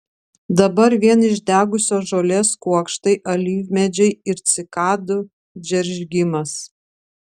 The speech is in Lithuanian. dabar vien išdegusios žolės kuokštai alyvmedžiai ir cikadų džeržgimas